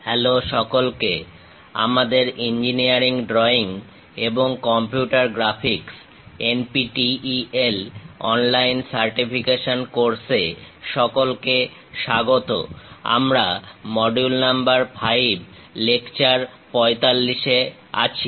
hello সকলকে আমাদের engineering drawing এবং computer graphics NPTEL online certification course এ সকলকে স্বাগত আমরা মডিউল নাম্বার 5 লেকচার 45 এ আছি